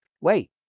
Wait